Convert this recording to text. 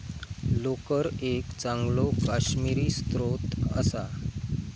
लोकर एक चांगलो काश्मिरी स्त्रोत असा